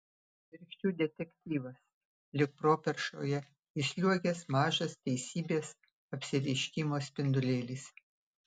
virkščių detektyvas lyg properšoje įsliuogęs mažas teisybės apsireiškimo spindulėlis